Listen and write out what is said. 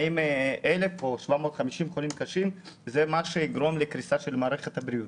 האם 1,000 או 750 חולים קשים זה מה שיגרום לקריסה של מערכת הבריאות.